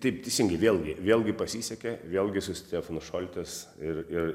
taip teisingai vėlgi vėlgi pasisekė vėlgi su stefanu šoltes ir ir